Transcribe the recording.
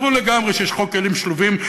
ברור לגמרי שיש חוק כלים שלובים,